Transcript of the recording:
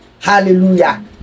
hallelujah